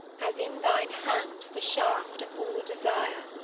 as in thine hands the shaft of all desire,